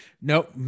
nope